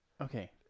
Okay